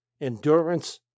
endurance